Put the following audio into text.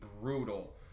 brutal